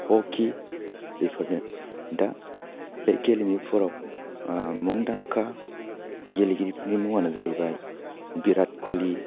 hockey बेफोरनो दा बे गेलेमुफोराव मुंदांखा गेलेगिरिफोरनि मुङानो जाहैबाय भिराट खली